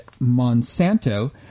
Monsanto